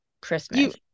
Christmas